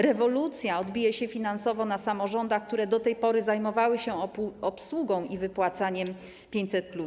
Rewolucja odbije się finansowo na samorządach, które do tej pory zajmowały się obsługą i wypłacaniem 500+.